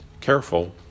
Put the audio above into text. careful